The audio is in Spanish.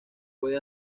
puede